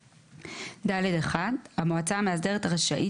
"(ד1) המועצה המאסדרת רשאית,